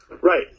Right